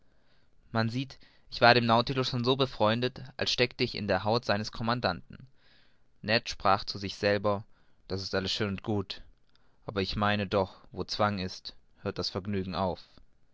man sieht ich war dem nautilus schon so befreundet als steckte ich in der haut seines commandanten ned sprach zu sich selber das ist alles schön und gut aber ich meine doch wo zwang ist hört das vergnügen auf